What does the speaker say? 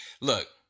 Look